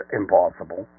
impossible